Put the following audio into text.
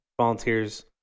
volunteers